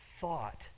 thought